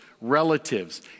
relatives